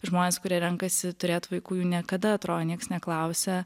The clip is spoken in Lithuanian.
žmonės kurie renkasi turėt vaikų jų niekada atro nieks neklausia